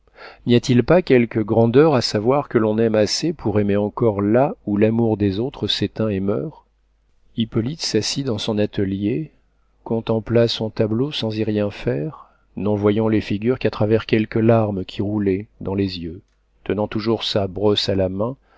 n'y a-t-il pas quelque grandeur à savoir que l'on aime assez pour aimer encore là où l'amour des autres s'éteint et meurt hippolyte s'assit dans son atelier contempla son tableau sans y rien faire n'en voyant les figures qu'à travers quelques larmes qui lui roulaient dans les yeux tenant toujours sa brosse à la main